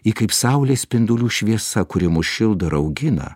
ji kaip saulės spindulių šviesa kuri mus šildo raugina